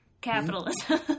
Capitalism